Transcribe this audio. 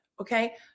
Okay